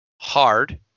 Hard